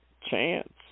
chance